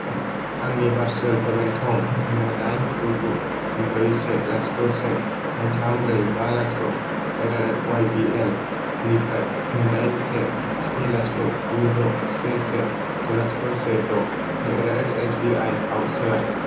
आंनि भारसुएल पेमेन्ट थं दाइन गु गु ब्रै से लाथिख' से थाम ब्रै बा लाथिख' एद्धारेट अवाइ बि एल निफ्राय दाइन से स्नि लाथिख' गु द' से से लाथिख' से द' एद्धारेट एस बि आइ आव सोलाय